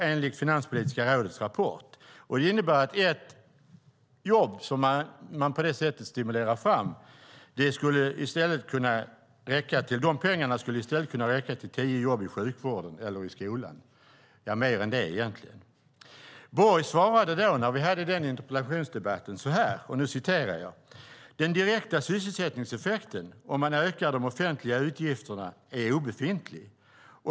Det innebär att pengarna för ett jobb som stimuleras fram på det sättet i stället skulle kunna räcka till tio jobb i sjukvården eller skolan - ja, mer än det egentligen. Borg svarade när vi hade denna interpellationsdebatt så här: Den direkta sysselsättningseffekten om man ökar de offentliga utgifterna är obefintlig.